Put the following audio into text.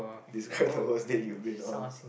describe the worst date you've been on